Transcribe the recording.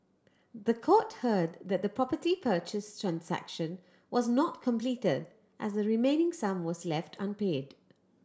the court heard that the property purchase transaction was not completed as the remaining sum was left unpaid